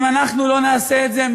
אם אנחנו לא נעשה את זה,